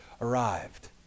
arrived